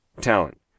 talent